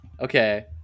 okay